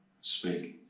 speak